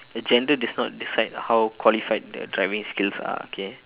a gender does not decide how qualified the driving skills are okay